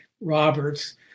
Roberts